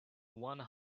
one